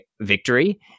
victory